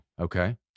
Okay